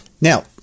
Now